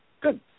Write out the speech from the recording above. Good